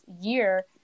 year